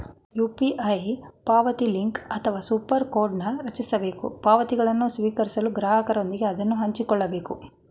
UPI ಪಾವತಿಲಿಂಕ್ ಅಥವಾ ಸೂಪರ್ ಕೋಡ್ನ್ ರಚಿಸಬೇಕು ಪಾವತಿಗಳನ್ನು ಸ್ವೀಕರಿಸಲು ಗ್ರಾಹಕರೊಂದಿಗೆ ಅದನ್ನ ಹಂಚಿಕೊಳ್ಳಬೇಕು